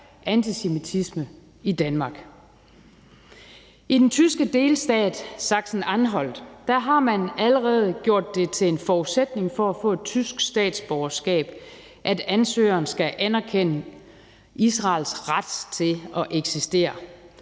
antisemitisme i Danmark. I den tyske delstat Sachsen-Anhalt har man allerede gjort det til en forudsætning for at få et tysk statsborgerskab, at ansøgeren skal anerkende Israels ret til at eksistere,